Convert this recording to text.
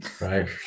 right